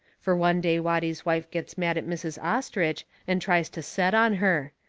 fur one day watty's wife gets mad at mrs. ostrich and tries to set on her.